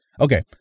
Okay